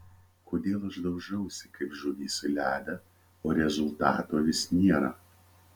kodėl aš daužausi kaip žuvis į ledą o rezultato vis nėra